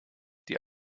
die